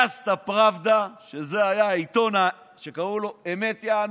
גזטה פראבדה, זה היה עיתון שקראו לו "אמת", יענו,